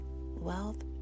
wealth